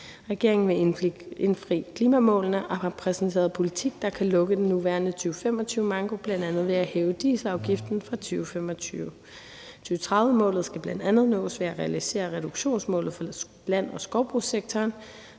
Regeringen vil indfri klimamålene og har præsenteret politik, der kan lukke den nuværende 2025-manko, bl.a. ved at hæve dieselafgiften fra 2025. 2030-målet skal bl.a. nås ved at realisere reduktionsmålet for land- og skovbrugssektoren.